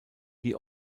die